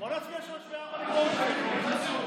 בוא נצביע על 3 ו-4 ונגמור עם זה.